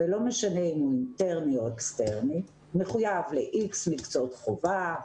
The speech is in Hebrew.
ולא משנה אם הוא אינטרני או אקסטרני מחויב ל-X מקצועות חובה,